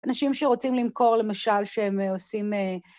אנשים שרוצים למכור, למשל, שהם עושים...